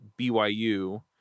BYU